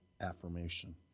affirmation